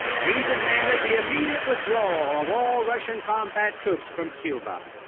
he demanded the immediate withdrawal of all russian combat troops from cuba.